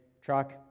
truck